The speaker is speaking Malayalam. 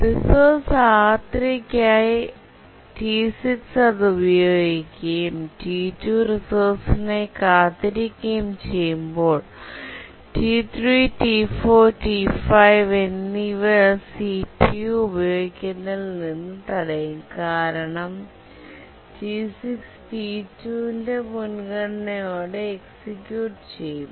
റിസോഴ്സ് R3 നായി T6 അത് ഉപയോഗിക്കുകയും T2 റിസോഴ്സിനായി കാത്തിരിക്കുകയും ചെയ്യുമ്പോൾ T3T4T5 എന്നിവ സിപിയു ഉപയോഗിക്കുന്നതിൽ നിന്ന് തടയും കാരണം T6 T2 ന്റെ മുൻഗണനയോടെ എക്സിക്യൂട്ട്execute ചെയ്യും